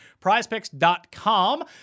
prizepicks.com